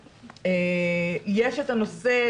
יש את הנושא,